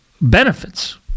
benefits